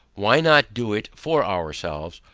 why not do it for ourselves?